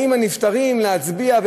באים הנפטרים להצביע,